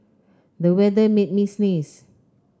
the weather made me sneeze